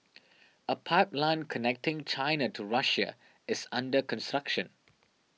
a pipeline connecting China to Russia is under